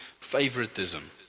favoritism